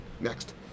next